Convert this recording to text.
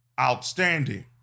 outstanding